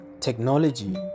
technology